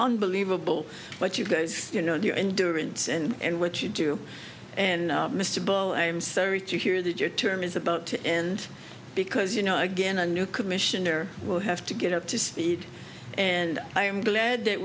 unbelievable what you guys you know your endurance and what you do and mr ball i'm sorry to hear that your term is about to end because you know again a new commissioner will have to get up to speed and i am glad that